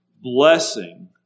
blessing